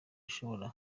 ishobora